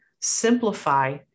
Simplify